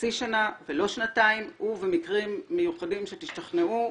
חצי שנה ולא שנתיים ובמקרים מיוחדים שתשכנעו,